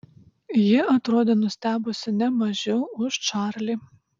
ji atrodė nustebusi ne mažiau už čarlį